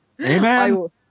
Amen